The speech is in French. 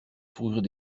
fourrures